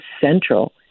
central